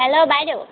hello বাইদেউ